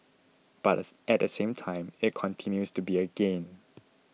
but at the same time it continues to be a gain